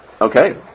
Okay